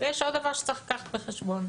ויש עוד דבר שצריך לקחת בחשבון.